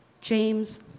James